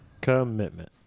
commitment